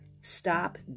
stop